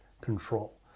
control